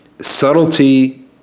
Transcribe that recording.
Subtlety